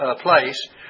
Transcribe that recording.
place